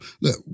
Look